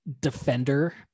defender